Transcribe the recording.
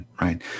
right